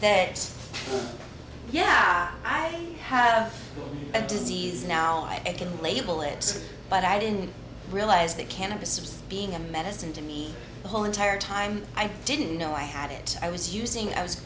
that yeah i have a disease now i can label it but i didn't realize that cannabis was being a medicine to me the whole entire time i didn't know i had it i was using